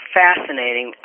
fascinating